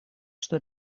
что